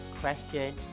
question